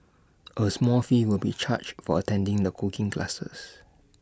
A small fee will be charged for attending the cooking classes